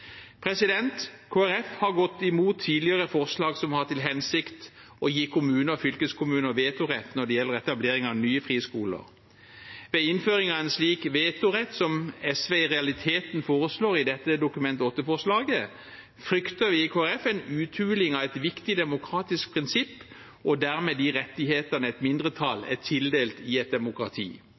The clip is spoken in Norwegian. har gått mot tidligere forslag som har hatt til hensikt å gi kommuner og fylkeskommuner vetorett når det gjelder etablering av nye friskoler. Ved innføring av en slik vetorett, som SV i realiteten foreslår i dette Dokument 8-forslaget, frykter vi i Kristelig Folkeparti en uthuling av et viktig demokratisk prinsipp og dermed de rettighetene et mindretall er tildelt i et demokrati.